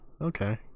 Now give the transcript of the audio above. Okay